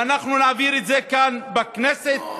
ואנחנו נעביר את זה כאן בכנסת.